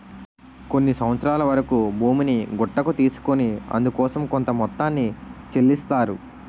కొన్ని సంవత్సరాల వరకు భూమిని గుత్తకు తీసుకొని అందుకోసం కొంత మొత్తాన్ని చెల్లిస్తారు